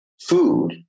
food